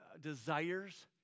Desires